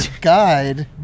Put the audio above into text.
guide